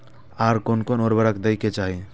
आर कोन कोन उर्वरक दै के चाही?